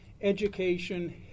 education